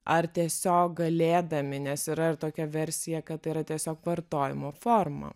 ar tiesiog galėdami nes yra ir tokia versija kad tai yra tiesiog vartojimo forma